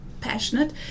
passionate